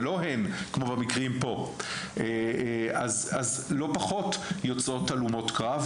ולא הן כמו במקרים פה אז לא פחות יוצאות הלומות קרב,